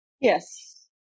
Yes